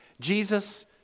Jesus